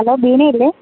hello ബീനയല്ലേ